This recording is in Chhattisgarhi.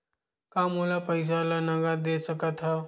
का मोला पईसा ला नगद दे सकत हव?